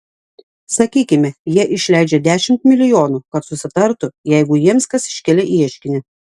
sakykime jie išleidžia dešimt milijonų kad susitartų jeigu jiems kas iškelia ieškinį